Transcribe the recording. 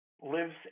lives